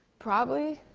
probably.